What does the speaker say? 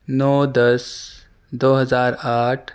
نو دس دو ہزار آٹھ